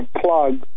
plug